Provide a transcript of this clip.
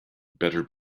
better